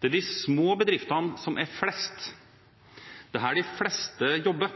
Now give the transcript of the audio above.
Det er flest småbedrifter, det er her de fleste jobber,